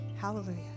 Hallelujah